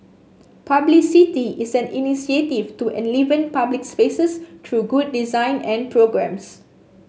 publicity is an initiative to enliven public spaces through good design and programmes